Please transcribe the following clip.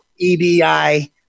EBI